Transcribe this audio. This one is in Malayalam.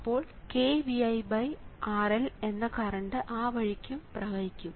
അപ്പോൾ kViRL എന്ന കറണ്ട് ആ വഴിക്ക് പ്രവഹിക്കും